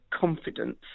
confidence